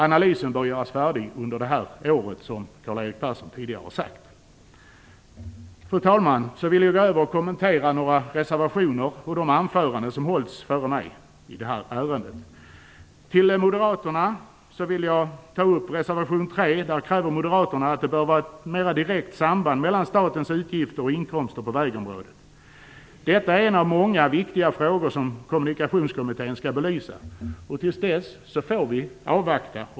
Analysen bör göras färdig under det här året, som Karl-Erik Persson tidigare har sagt. Fru talman! Nu vill jag gå över och kommentera några reservationer och de anföranden som hållits tidigare i det här ärendet. Jag vill ta upp reservation 3. Där kräver moderaterna att det bör vara ett mer direkt samband mellan statens utgifter och inkomster på vägområdet. Detta är en av många viktiga frågor som Kommunikationskommittén skall belysa. Till dess att så sker får vi avvakta.